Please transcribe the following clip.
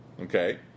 Okay